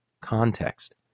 context